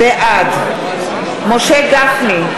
בעד משה גפני,